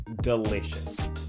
delicious